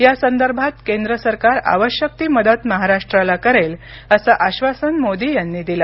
या संदर्भात केंद्र सरकार आवश्यक ती मदत महाराष्ट्राला करेल असं आश्वासन मोदी यांनी दिलं